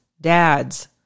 dads